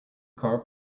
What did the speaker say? car